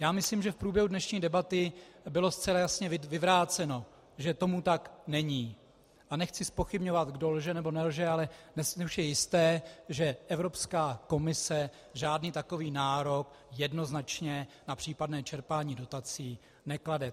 Já myslím, že v průběhu dnešní debaty bylo zcela jasně vyvráceno, že tomu tak není, a nechci zpochybňovat, kdo lže anebo nelže, ale dnes už je jisté, že Evropská komise žádný takový nárok jednoznačně na případné čerpání dotací neklade.